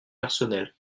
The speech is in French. personnels